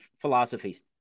philosophies